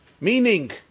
Meaning